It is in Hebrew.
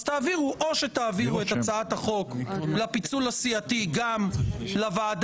אז או שתעבירו את הצעת החוק לפיצול הסיעתי גם לוועדה